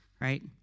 right